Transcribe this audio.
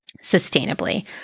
sustainably